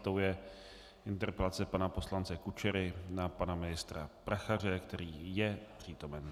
Tou je interpelace pana poslance Kučery na pana ministra Prachaře, který je přítomen.